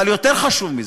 אבל יותר חשוב מזה,